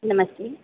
नमस्ते